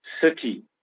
city